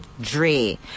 dre